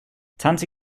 tante